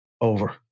Over